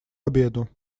обеду